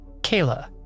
kayla